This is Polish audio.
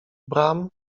bram